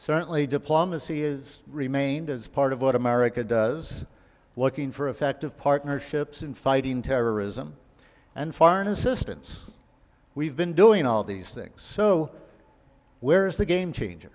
certainly diplomacy is remained as part of what america does looking for effective partnerships in fighting terrorism and foreign assistance we've been doing all these things so where's the game change